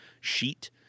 sheet